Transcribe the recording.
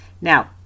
Now